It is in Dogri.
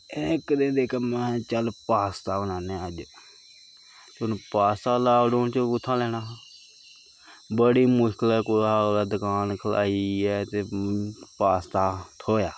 एहकड़े कम्मा चल पास्ता बनाने आं अज्ज हून पास्ता लाकडाउन च कु'त्थूं लैना हा बड़ी मुश्कलें कुसै कोला दकान खल्हाइयै ते पास्ता थ्होएआ